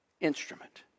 instrument